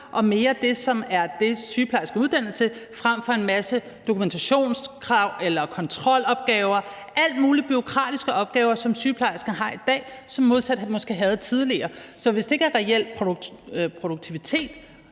og mere det, som sygeplejersker er uddannet til, frem for at det er en masse dokumentationskrav eller kontrolopgaver og alle mulige bureaukratiske opgaver, som sygeplejersker har i dag, i modsætning til hvad de måske havde tidligere. Så hvis det ikke er reel produktivitet